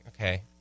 okay